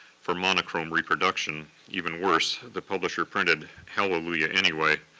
for monochrome reproduction. even worse, the publisher printed hallelujah anyway,